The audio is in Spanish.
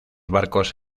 barcos